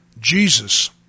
Jesus